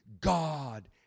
God